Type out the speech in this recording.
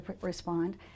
respond